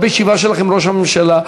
או בישיבה שלך עם ראש הממשלה,